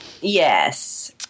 Yes